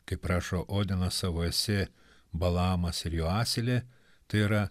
kaip rašo odenas savo esė balaamas ir jo asilė tai yra